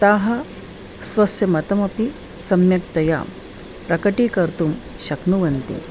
ताः स्वस्य मतमपि सम्यक्तया प्रकटीकर्तुं शक्नुवन्ति